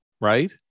Right